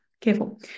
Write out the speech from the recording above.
careful